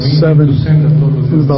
seven